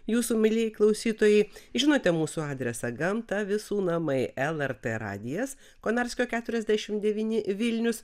jūsų mielieji klausytojai žinote mūsų adresą gamta visų namai lrt radijas konarskio keturiasdešim devyni vilnius